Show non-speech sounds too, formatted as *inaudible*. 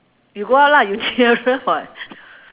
you go out lah you nearer [what] *laughs*